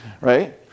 right